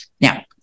Now